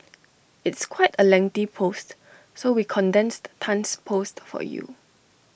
it's quite A lengthy post so we condensed Tan's post for you